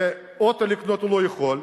ואוטו לקנות הוא לא יכול?